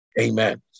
Amen